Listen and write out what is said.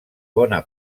bona